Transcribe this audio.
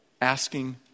asking